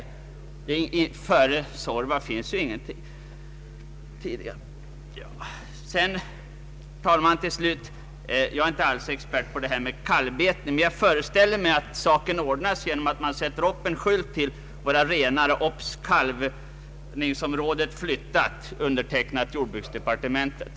Ovanför Suorva finns ju ingen utbyggnad. Herr talman! Jag är inte alls expert på kalvbeten. Men jag föreställer mig att saken med kalvningslanden ordnas genom att man sätter upp en skylt för renarna: ”Obs! Kalvningsområdet flyttat. Jordbruksdepartementet.”